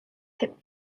hip